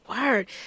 Word